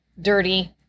dirty